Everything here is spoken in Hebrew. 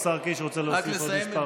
השר קיש רוצה להוסיף עוד כמה מילים.